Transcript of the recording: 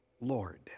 Lord